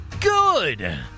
good